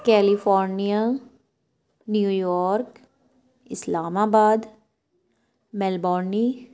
California New York Islamabad Melbourne